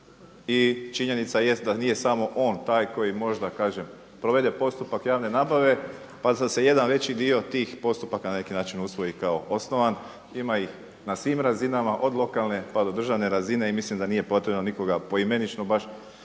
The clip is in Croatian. i činjenica jest da nije samo on taj koji možda provede postupak javne nabave pa … jedan veći dio tih postupaka na neki način usvoji kao osnovan. Ima ih na svim razinama od lokalne, pa do državne razine i mislim da nije potrebno nikoga poimenično baš